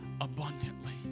abundantly